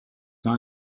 not